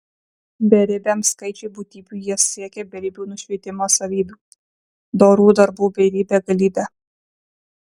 beribiam skaičiui būtybių jie siekia beribių nušvitimo savybių dorų darbų beribe galybe